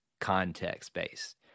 context-based